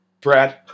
Brad